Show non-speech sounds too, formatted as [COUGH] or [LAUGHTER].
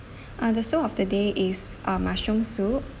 [BREATH] uh the soup of the day is uh mushroom soup